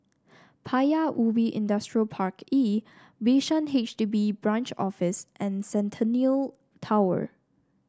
Paya Ubi Industrial Park E Bishan H D B Branch Office and Centennial Tower